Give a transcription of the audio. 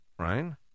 right